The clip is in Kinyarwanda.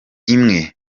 imwe